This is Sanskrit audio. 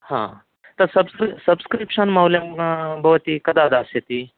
आम् तद् सब्स्क्रिप्ष सब्स्क्रिप्ष्न् मौल्यं भवती कदा दास्यति